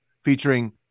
featuring